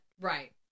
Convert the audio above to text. Right